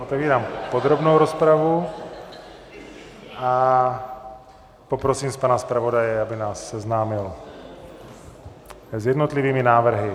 Otevírám podrobnou rozpravu a poprosím pana zpravodaje, aby nás seznámil s jednotlivými návrhy.